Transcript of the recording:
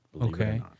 Okay